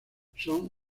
son